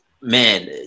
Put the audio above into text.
man